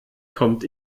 kommt